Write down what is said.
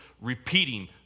repeating